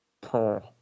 poor